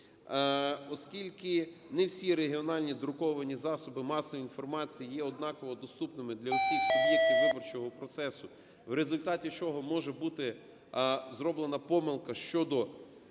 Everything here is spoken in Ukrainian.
Оскільки не всі регіональні друковані засоби масової інформації є однаково доступними для всіх суб'єктів виборчого процесу, в результаті чого може бути зроблена помилка щодо